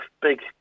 big